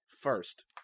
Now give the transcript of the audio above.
first